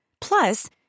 Plus